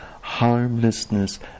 harmlessness